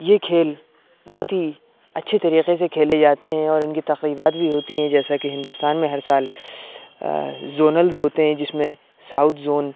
یہ کھیل بہت ہی اچھے طریقے سے کھیلے جاتے ہیں اور اُن کی تقریبات بھی ہوتی ہیں جیسا کہ ہندوستان میں ہر سال زونلز ہوتے ہیں جس میں ساؤتھ زون